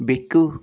ಬೆಕ್ಕು